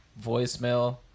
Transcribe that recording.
voicemail